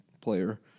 player